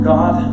God